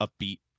upbeat